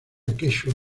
quechua